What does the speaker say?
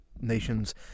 nations